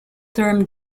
term